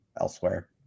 elsewhere